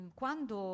quando